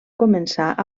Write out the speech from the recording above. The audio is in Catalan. començar